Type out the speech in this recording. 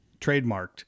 trademarked